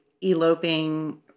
eloping –